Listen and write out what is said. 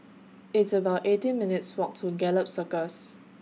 It's about eighteen minutes' Walk to Gallop Circus